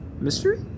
mystery